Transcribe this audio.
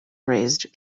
raised